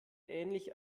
ähnlich